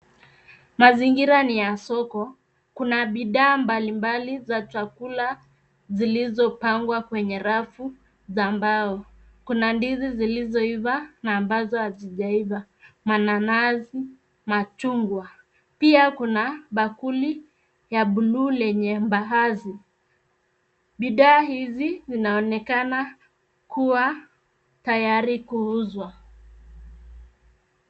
Mazingira ni ya soko. Kuna bidhaa mbalimbali za chakula zilizopangwa kwenye rafu za mbao. Kuna ndizi zilizoiva na ambazo hazijaiva, mananasi machungwa. Pia kuna bakuli ya buluu lenye mbahazi. Bidhaa hizi zinaonekana kuwa tayari kuuzwa.